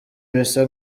bisa